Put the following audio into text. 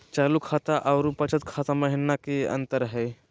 चालू खाता अरू बचत खाता महिना की अंतर हई?